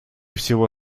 всего